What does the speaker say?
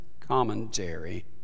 commentary